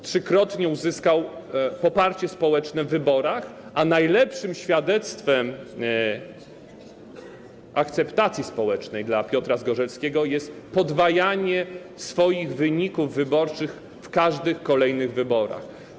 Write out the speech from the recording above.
Trzykrotnie uzyskał poparcie społeczne w wyborach, a najlepszym świadectwem akceptacji społecznej dla Piotra Zgorzelskiego było podwajanie jego wyników wyborczych w każdych kolejnych wyborach.